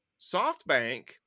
SoftBank